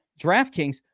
DraftKings